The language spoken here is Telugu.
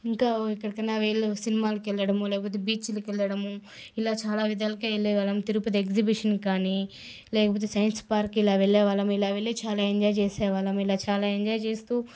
ఇంకా ఎక్కడికైనా వెళ్లి సినిమాలకు వెళ్లడము లేకపోతే బీచ్లకు వెళ్లడం ఇలా చాలా విధాలుగా వెళ్లే వాళ్ళము తిరుపతి ఎగ్జిబిషన్కి కాని లేకపోతే సైన్స్ పార్కుకి ఇలా వెళ్ళేవాళ్ళం ఇలా వెళ్లి చాలా ఎంజాయ్ చేసే వాళ్ళము ఇలా చాలా ఎంజాయ్ చేస్తూ